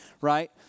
right